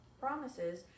promises